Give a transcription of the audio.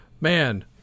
man